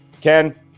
ken